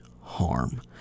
harm